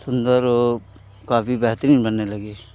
सुन्दर और काफ़ी बेहतरीन बनने लगे